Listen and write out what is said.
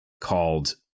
called